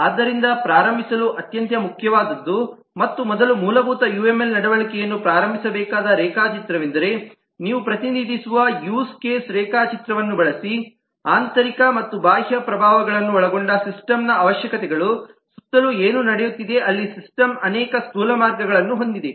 ಆದ್ದರಿಂದ ಪ್ರಾರಂಭಿಸಲು ಅತ್ಯಂತ ಮುಖ್ಯವಾದದ್ದು ಮತ್ತು ಮೊದಲ ಮೂಲಭೂತ ಯುಎಂಎಲ್ ನಡವಳಿಕೆಯನ್ನು ಪ್ರಾರಂಭಿಸಬೇಕಾದ ರೇಖಾಚಿತ್ರವೆಂದರೆ ನೀವು ಪ್ರತಿನಿಧಿಸುವ ಯೂಸ್ ಕೇಸ್ ರೇಖಾಚಿತ್ರವನ್ನು ಬಳಸಿ ಆಂತರಿಕ ಮತ್ತು ಬಾಹ್ಯ ಪ್ರಭಾವಗಳನ್ನು ಒಳಗೊಂಡಂತೆ ಸಿಸ್ಟಮ್ನ ಅವಶ್ಯಕತೆಗಳು ಸುತ್ತಲೂ ಏನು ನಡೆಯುತ್ತಿದೆ ಅಲ್ಲಿನ ಸಿಸ್ಟಮ್ ಅನೇಕ ಸ್ಥೂಲ ಮಾರ್ಗಗಳನ್ನು ಹೊಂದಿದೆ